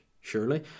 surely